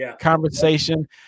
Conversation